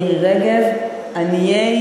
מירי רגב "עניי